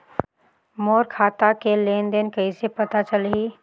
मोर खाता के लेन देन कइसे पता चलही?